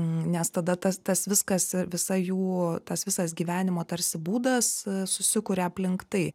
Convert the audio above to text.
nes tada tas tas viskas ir visa jų tas visas gyvenimo tarsi būdas susikuria aplink tai